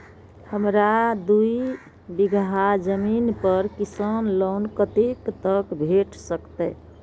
हमरा दूय बीगहा जमीन पर किसान लोन कतेक तक भेट सकतै?